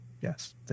yes